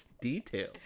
detail